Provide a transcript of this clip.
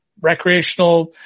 recreational